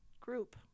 group